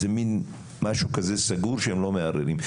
זה מן משהו כזה סגור שהם לא מערערים.